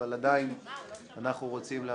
אבל עדיין אנחנו רוצים להמשיך.